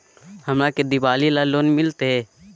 हमरा के दिवाली ला लोन मिलते?